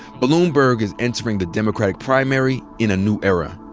bloomberg is entering the democratic primary in a new era.